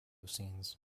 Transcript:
scenes